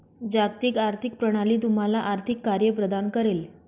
जागतिक आर्थिक प्रणाली तुम्हाला आर्थिक कार्ये प्रदान करेल